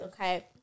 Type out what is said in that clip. okay